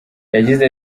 yagize